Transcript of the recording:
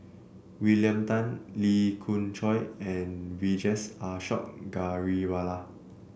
William Tan Lee Khoon Choy and Vijesh Ashok Ghariwala